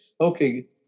Okay